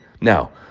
Now